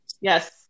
yes